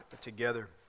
together